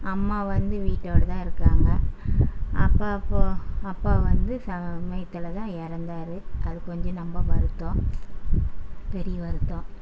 அம்மா வந்து வீட்டோடு தான் இருக்காங்க அப்பா இப்போது அப்பா வந்து சமீபத்தில் தான் இறந்தாரு அது கொஞ்சம் ரொம்ப வருத்தம் பெரிய வருத்தம்